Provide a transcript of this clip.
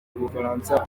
ubufaransa